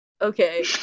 Okay